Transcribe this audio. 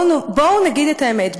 בואו נגיד את האמת,